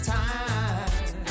time